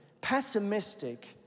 pessimistic